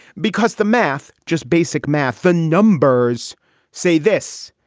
because the math, just basic math. the numbers say this.